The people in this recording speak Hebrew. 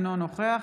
אינו נוכח